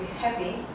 heavy